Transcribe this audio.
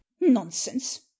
Nonsense